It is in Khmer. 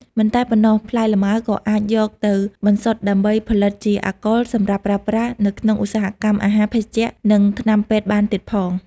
មិនតែប៉ុណ្ណោះ ផ្លែលម៉ើក៏អាចយកទៅបន្សុទ្ធដើម្បីផលិតជា អាល់កុល សម្រាប់ប្រើប្រាស់នៅក្នុងឧស្សាហកម្មអាហារ ភេសជ្ជៈ និងថ្នាំពេទ្យបានទៀតផង។